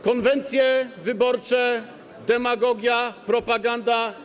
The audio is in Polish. Konwencje wyborcze, demagogia, propaganda.